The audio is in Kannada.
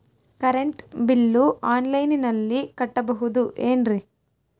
ಕರೆಂಟ್ ಬಿಲ್ಲು ಆನ್ಲೈನಿನಲ್ಲಿ ಕಟ್ಟಬಹುದು ಏನ್ರಿ?